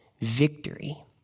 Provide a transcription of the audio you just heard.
Victory